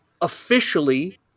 officially